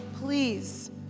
please